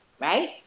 right